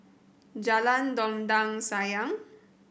Jalan Dondang Sayang